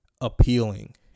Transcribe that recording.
appealing